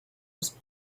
was